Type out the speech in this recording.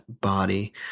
body